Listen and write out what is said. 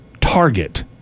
Target